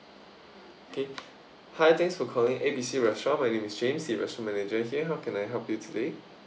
okay hi thanks for calling A B C restaurant my name is james the restaurant manager here how can I help you today